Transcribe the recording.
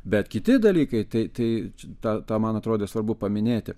bet kiti dalykai tai tai tą tą man atrodė svarbu paminėti